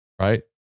right